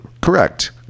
correct